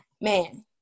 man